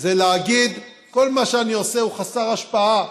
זה להגיד שכל מה שאני עושה הוא חסר השפעה,